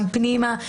גם פנימה.